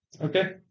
Okay